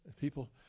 people